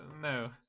No